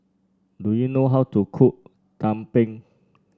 do you know how to cook tumpeng